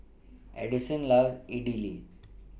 Edison loves Idili